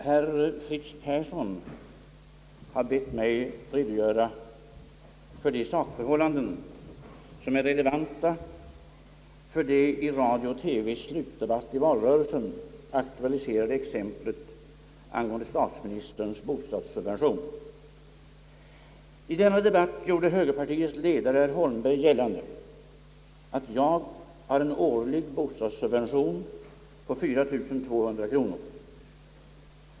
Herr talman! Herr Fritz Persson har bett mig redogöra för de sakförhållanden som är relevanta för det i radio/ TV:s slutdebatt i valrörelsen aktualiserade exemplet angående statsministerns bostadssubvention. I denna debatt gjorde högerpartiets ledare herr Holmberg gällande att jag har en årlig bostadssubvention på 4 200 kronor.